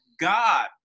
God